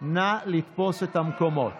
60, נגד, 56. אני קובע שעמדת הממשלה היא שהתקבלה.